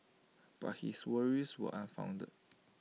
but his worries were unfounded